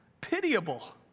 pitiable